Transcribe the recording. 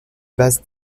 base